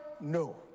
No